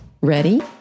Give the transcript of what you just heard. Ready